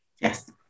yes